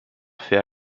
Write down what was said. fait